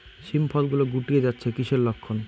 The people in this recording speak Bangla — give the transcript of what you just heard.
শিম ফল গুলো গুটিয়ে যাচ্ছে কিসের লক্ষন?